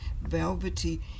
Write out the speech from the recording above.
velvety